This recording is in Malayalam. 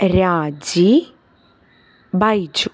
രാജി ബൈജു